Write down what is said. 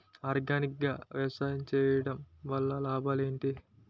Organic గా వ్యవసాయం చేయడం వల్ల లాభాలు ఏంటి?